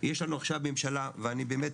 יש לנו עכשיו ממשלה ואני באמת